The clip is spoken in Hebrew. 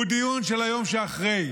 הוא דיון של היום שאחרי,